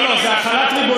לא, לא, זאת החלת ריבונות.